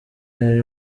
hari